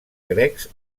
grecs